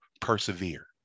persevere